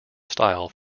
style